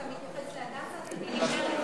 אתה מתייחס ל"הדסה", אז אני נשארת.